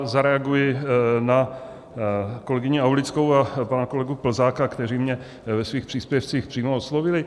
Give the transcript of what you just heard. Zareaguji na kolegyni Aulickou a pana kolegu Plzáka, kteří mě ve svých příspěvcích přímo oslovili.